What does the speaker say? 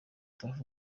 tuff